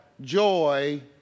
joy